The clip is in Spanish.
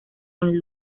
con